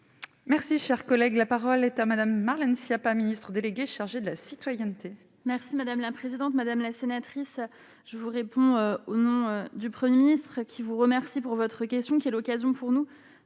Merci, cher collègue, la parole est à Madame, Marlène Schiappa, ministre déléguée chargée de la citoyenneté. Merci madame la présidente, madame la sénatrice, je vous réponds au nom du 1er ministre qui vous remercie pour votre question qui est l'occasion pour nous